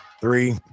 three